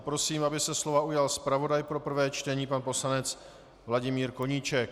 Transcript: Prosím, aby se slova ujal zpravodaj pro prvé čtení pan poslanec Vladimír Koníček.